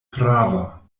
prava